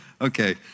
okay